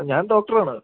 ഞാൻ ഡോക്ടറാണ്